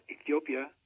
Ethiopia